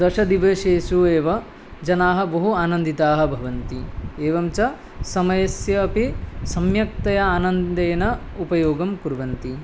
दशदिवसेषु एव जनाः बहु आनन्दिताः भवन्ति एवं च समयस्य अपि सम्यक्तया आनन्देन उपयोगं कुर्वन्ति